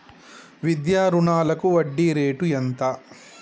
విద్యా రుణాలకు వడ్డీ రేటు ఎంత?